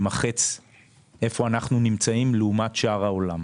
זה איפה שאנחנו נמצאים לעומת שאר העולם.